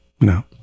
no